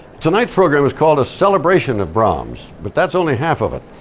tonight's program is called a celebration of brahms but that's only half of it.